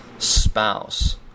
spouse